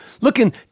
looking